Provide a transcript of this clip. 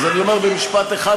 אז אני אומר במשפט אחד,